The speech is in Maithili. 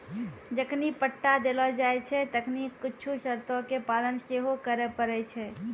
जखनि पट्टा देलो जाय छै तखनि कुछु शर्तो के पालन सेहो करै पड़ै छै